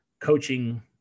coaching